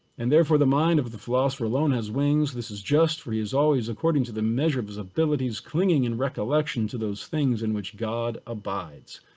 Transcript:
and therefore, the mind of the philosophy alone has wings. this is just for is always according to the measure of his abilities, clinging and recollection to those things in which god abides.